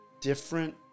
different